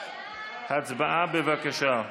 הצבעה, בבקשה.